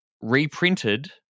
reprinted